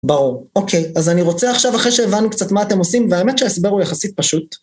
ברור. אוקיי, אז אני רוצה עכשיו אחרי שהבנו קצת מה אתם עושים, והאמת שההסבר הוא יחסית פשוט.